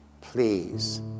Please